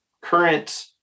current